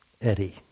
Eddie